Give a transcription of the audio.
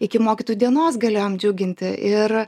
iki mokytojų dienos galėjom džiugint ir